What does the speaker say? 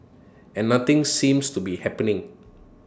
and nothing seems to be happening